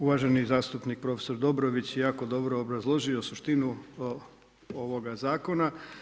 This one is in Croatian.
Uvaženi zastupnik prof. Dobrović je jako dobro obrazložio suštinu ovoga zakona.